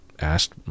asked –